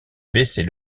baisser